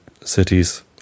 cities